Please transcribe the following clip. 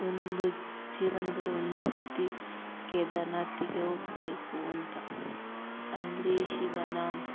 ಒಂದು ಜೀವನದಲ್ಲಿ ಒಂದು ಸರ್ತಿ ಕೇದಾರ್ನಾತಿಗೆ ಹೋಗ್ಬೇಕು ಅಂತ ಅಲ್ಲಿ ಶಿವನ